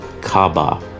Kaaba